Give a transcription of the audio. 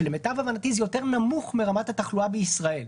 כשלמיטב הבנתי זה יותר נמוך מרמת התחלואה בישראל,